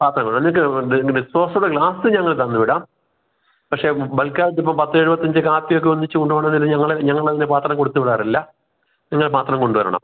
പാത്രങ്ങളെ നിങ്ങൾക്ക് disposable glass ഞങ്ങൾ തന്നുവിടാം പക്ഷേ ബൾക്കായിട്ട് ഇപ്പോൾ പത്ത് എഴുപത്തഞ്ച് കാപ്പിയൊക്കെ ഒന്നിച്ച് കൊണ്ടുപോകണമെന്നുണ്ടെങ്കിൽ ഞങ്ങൾ ഞങ്ങൾ അതിൻ്റെ പാത്രം കൊടുത്തു വിടാറില്ല നിങ്ങൾ പാത്രം കൊണ്ടുവരണം